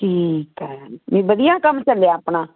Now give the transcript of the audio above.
ਠੀਕ ਐ ਨਹੀਂ ਵਧੀਆ ਕੰਮ ਚੱਲਿਆ ਆਪਣਾ